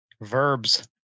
Verbs